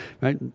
Right